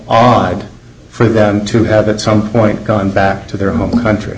odd for them to have at some point gone back to their home country